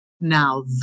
Now